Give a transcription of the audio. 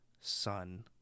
son